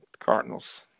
Cardinals